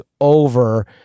over